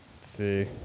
See